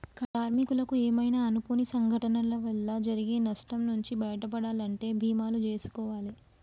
కార్మికులకు ఏమైనా అనుకోని సంఘటనల వల్ల జరిగే నష్టం నుంచి బయటపడాలంటే బీమాలు జేసుకోవాలే